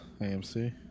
AMC